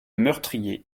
meurtrier